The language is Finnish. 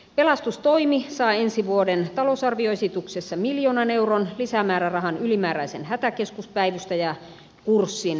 pelastustoimi saa ensi vuoden talousarvioesityksessä miljoonan euron lisämäärärahan ylimääräisen hätäkeskuspäivystäjäkurssin järjestämiseen